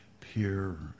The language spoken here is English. peer